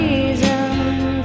Reasons